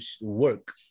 work